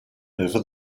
over